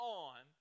on